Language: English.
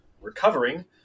recovering